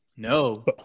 No